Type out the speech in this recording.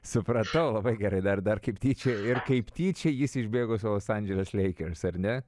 supratau labai gerai dar dar kaip tyčia ir kaip tyčia jis išbėgo savo los anželes leikers ar ne